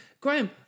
Graham